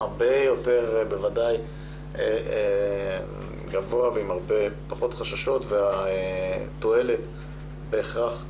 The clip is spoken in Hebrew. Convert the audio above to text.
הרבה יותר בוודאי גבוה ועם פחות חששות והתועלת בהכרח גדולה.